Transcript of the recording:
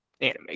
Anime